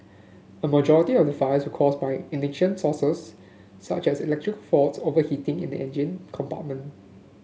a majority of the fires caused by ignition sources such as electrical faults overheating in the engine compartment